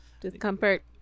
discomfort